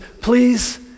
please